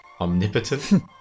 Omnipotent